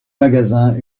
magasins